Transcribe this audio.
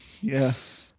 yes